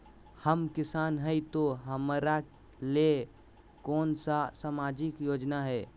हम किसान हई तो हमरा ले कोन सा सामाजिक योजना है?